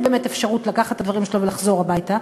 אפשרות לקחת את הדברים שלו ולחזור הביתה,